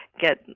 get